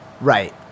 right